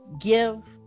give